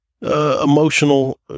emotional